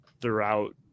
throughout